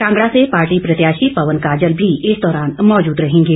कांगड़ा से पार्टी प्रत्याशी पवन काजल भी इस दौरान मौजूद रहेंगे